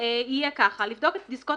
יהיה כך: "לבדוק את דסקות